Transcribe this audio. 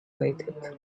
waited